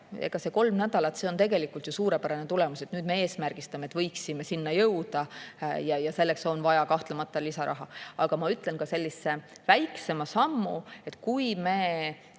ega kolm nädalat on tegelikult ju suurepärane tulemus. Nüüd me eesmärgistame, et võiksime sinna jõuda, ja selleks on kahtlemata vaja lisaraha. Aga ma ütlen ka sellise väiksema sammu: kui me